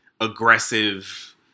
aggressive